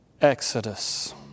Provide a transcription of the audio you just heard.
exodus